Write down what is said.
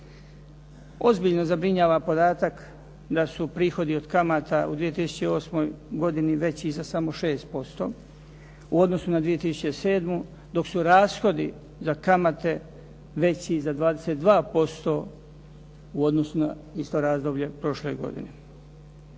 Ozbiljno zabrinjava podatak da su prihodi od kamata u 2008. godini veći za samo 6% u odnosu na 2007. dok su rashodi za kamate veći za 22% u odnosu na isto razdoblje prošle godine.